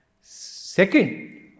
Second